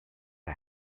the